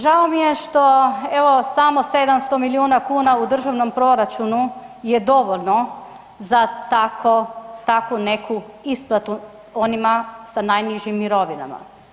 Žao mi je što evo samo 700 milijuna kuna u državnom proračunu je dovoljno za takvu neku isplatu onima sa najnižim mirovinama.